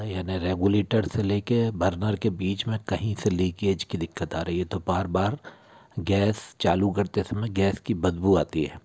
यानी रेगुलेटर से ले के बर्नर के बीच में कहीं से लीकेज की दिक्कत आ रही है तो बार बार गैस चालू करते समय गैस की बदबू आती है